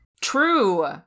True